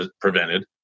prevented